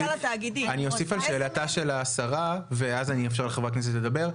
אני אוסיף על שאלתה של השרה ואז אני אאפשר לחה"כ לדבר.